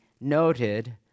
noted